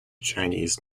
chinese